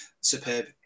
superb